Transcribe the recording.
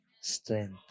strength